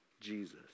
Jesus